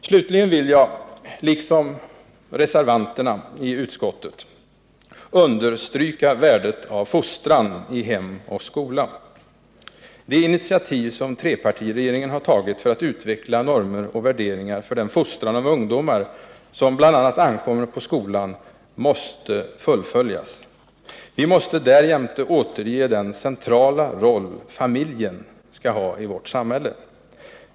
Slutligen vill jag — liksom reservanterna i utskottet — understryka värdet av fostran i hem och skola. De initiativ som trepartiregeringen har tagit för att utveckla normer och värderingar för den fostran av ungdomar som bl.a. ankommer på skolan måste fullföljas. Vi måste därjämte återge familjen den centrala roll den skall ha i vårt samhälle.